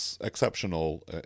exceptional